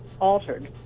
altered